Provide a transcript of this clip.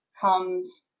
comes